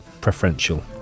preferential